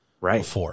Right